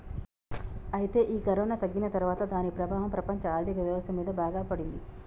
అయితే ఈ కరోనా తగ్గిన తర్వాత దాని ప్రభావం ప్రపంచ ఆర్థిక వ్యవస్థ మీద బాగా పడింది